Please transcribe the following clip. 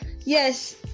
yes